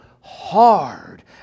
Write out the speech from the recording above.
hard